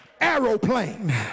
aeroplane